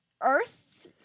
earth